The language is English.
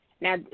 now